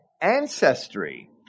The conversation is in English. ancestry